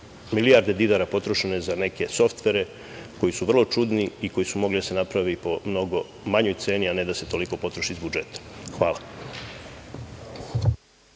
milijarde dinara potrošene za neke softvere koji su vrlo čudni i koji su mogli da se naprave i po mnogo manjoj ceni, a ne da se toliko potroši iz budžeta. Hvala.